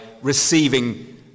receiving